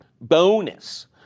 Bonus